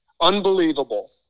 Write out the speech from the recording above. unbelievable